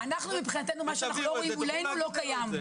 מבחינתנו מה שאנחנו לא רואים מולנו לא קיים.